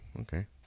Okay